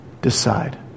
decide